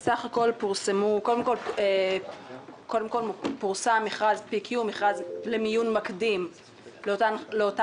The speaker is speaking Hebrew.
קודם כל פורסם מכרז PQ לצורך מיון מקדים לאותם